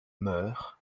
meur